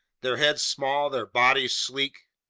their heads small, their bodies sleek,